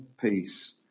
peace